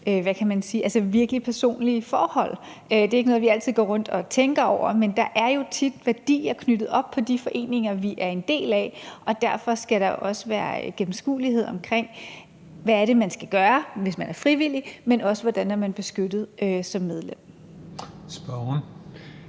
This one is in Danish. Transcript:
også virkelig personlige forhold, det er ikke noget, vi altid går rundt og tænker over, men der er jo tit værdier knyttet op på de foreninger, vi er en del af, og derfor skal der også være gennemskuelighed omkring, hvad det er, man skal gøre, hvis man er frivillig, men også omkring, hvordan man er beskyttet som medlem. Kl.